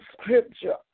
scripture